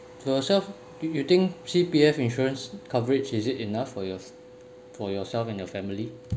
for yourself you think C_P_F insurance coverage is it enough for yours for yourself and your family